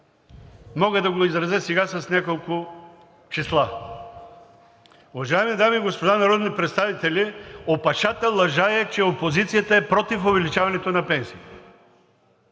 мога да го изразя сега с няколко числа. Уважаеми дами и господа народни представители, опашата лъжа е, че опозицията е против увеличаването на пенсиите.